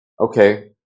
okay